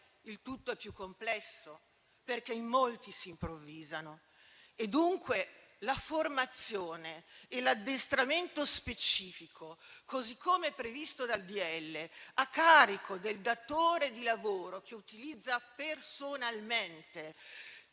tutto è più complesso, perché in molti si improvvisano. Pertanto la formazione e l'addestramento specifico, così come previsto dal decreto-legge, a carico del datore di lavoro che utilizza personalmente